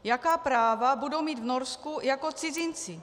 Jaká práva budou mít v Norsku jako cizinci?